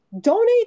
donate